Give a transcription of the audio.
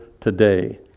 today